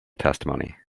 testimony